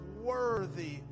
worthy